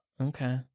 Okay